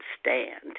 stand